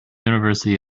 university